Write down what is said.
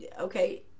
okay